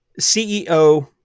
CEO